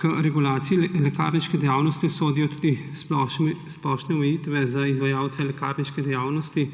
K regulaciji lekarniške dejavnosti sodijo tudi splošne omejitve za izvajalce lekarniške dejavnosti,